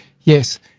yes